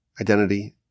identity